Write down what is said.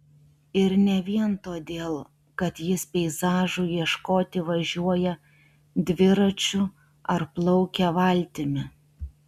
ir ne vien todėl kad jis peizažų ieškoti važiuoja dviračiu ar plaukia valtimi